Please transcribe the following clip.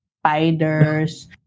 spiders